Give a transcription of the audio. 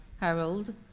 Harold